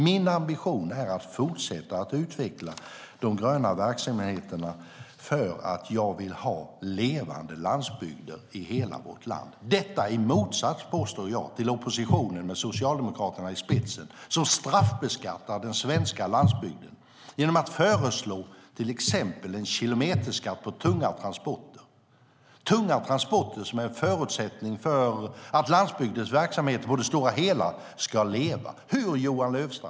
Min ambition är att fortsätta att utveckla de gröna verksamheterna, för jag vill ha levande landsbygder i hela vårt land och detta i motsats, påstår jag, till oppositionen med Socialdemokraterna i spetsen, som straffbeskattar den svenska landsbygden genom att till exempel föreslå en kilometerskatt på tunga transporter. Tunga transporter är en förutsättning för att landsbygdens verksamheter på det stora hela ska kunna finnas kvar.